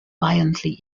violently